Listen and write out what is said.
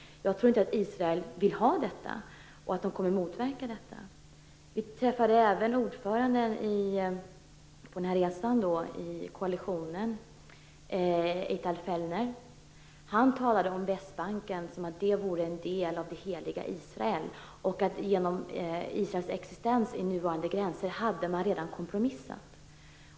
Jag tror inte att Israel vill ha detta. Jag tror att man kommer att motverka detta. Vi träffade även ordföranden i koalitionen, Eital Felner, på denna resa. Han talade om Västbanken som om den vore en del av det heliga Israel, och som om man genom Israels existens inom nuvarande gränser redan hade kompromissat.